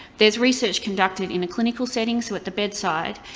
there's research conducted in a clinical setting, so at the bedside,